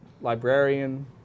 Librarian